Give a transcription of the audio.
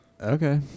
Okay